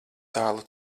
tālu